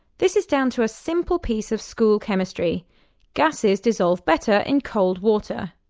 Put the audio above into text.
this is down to a simple piece of school chemistry gases dissolve better in cold water.